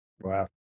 Wow